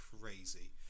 crazy